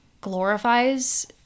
glorifies